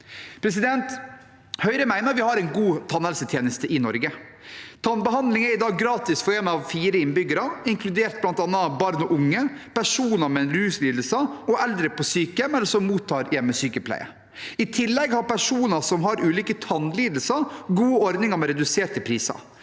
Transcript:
tennene. Høyre mener at vi har en god tannhelsetjeneste i Norge. Tannbehandling er i dag gratis for én av fire innbyggere, inkludert bl.a. barn og unge, personer med ruslidelser og eldre på sykehjem eller som mottar hjemmesykepleie. I tillegg har personer som har ulike tannlidelser, gode ordninger med reduserte priser.